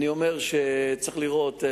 אני אומר שצריך לראות.